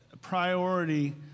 priority